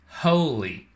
holy